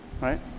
Right